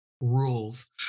rules